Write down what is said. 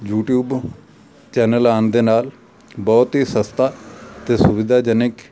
YouTube channel ਆਉਣ ਦੇ ਨਾਲ ਬਹੁਤ ਹੀ ਸਸਤਾ ਅਤੇ ਸੁਵਿਧਾਜਨਿਕ